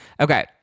Okay